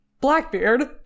Blackbeard